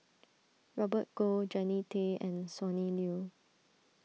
Robert Goh Jannie Tay and Sonny Liew